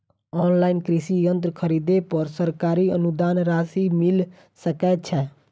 Online कृषि यंत्र खरीदे पर सरकारी अनुदान राशि मिल सकै छैय?